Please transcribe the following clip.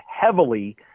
heavily